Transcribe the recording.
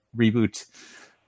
reboot